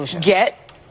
get